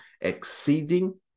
exceeding